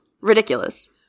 ridiculous